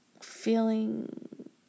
feeling